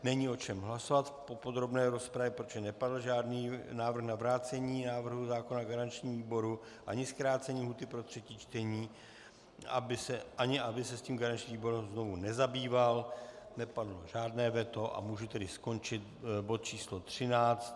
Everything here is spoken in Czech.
Není o čem hlasovat po podrobné rozpravě, protože nepadl žádný návrh na vrácení návrhu zákona garančnímu výboru, ani zkrácení lhůty pro třetí čtení, ani aby se s tím garanční výbor znovu zabýval, nepadlo žádné veto, můžu tedy skončit bod číslo 13.